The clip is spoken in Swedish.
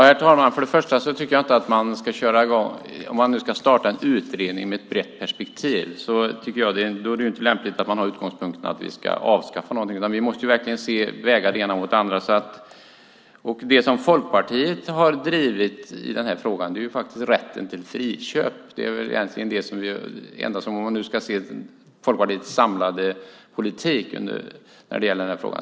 Herr talman! Om man nu ska påbörja en utredning med ett brett perspektiv tycker jag inte att det är lämpligt att man har utgångspunkten att vi ska avskaffa någonting, utan vi måste verkligen väga det ena mot det andra. Det som Folkpartiet har drivit i denna fråga är faktiskt rätten till friköp, om man nu ska se på Folkpartiets samlade politik när det gäller denna fråga.